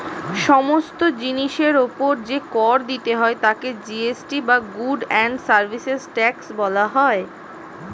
সমস্ত জিনিসের উপর যে কর দিতে হয় তাকে জি.এস.টি বা গুডস্ অ্যান্ড সার্ভিসেস ট্যাক্স বলা হয়